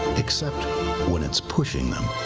except when it's pushing them.